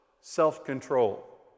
self-control